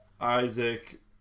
Isaac